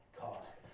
cost